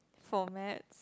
for maths